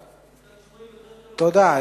עסקת שבויים, תודה.